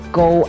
go